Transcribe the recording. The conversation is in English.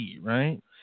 right